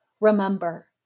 remember